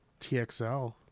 TXL